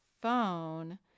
phone